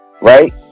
Right